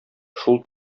шул